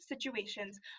situations